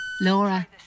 Laura